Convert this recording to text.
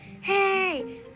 hey